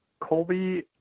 Colby